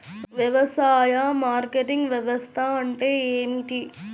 వ్యవసాయ మార్కెటింగ్ వ్యవస్థ అంటే ఏమిటి?